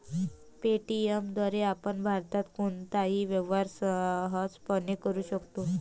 Paytm द्वारे आपण भारतात कोणताही व्यवहार सहजपणे करू शकता